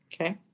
Okay